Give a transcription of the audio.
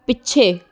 ਪਿੱਛੇ